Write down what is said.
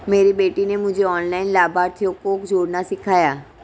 मेरी बेटी ने मुझे ऑनलाइन लाभार्थियों को जोड़ना सिखाया